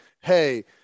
hey